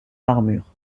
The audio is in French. armure